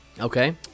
Okay